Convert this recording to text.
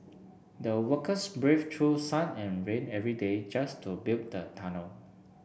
the workers brave choose sun and rain every day just to build the tunnel